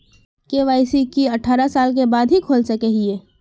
KYC की अठारह साल के बाद ही खोल सके हिये?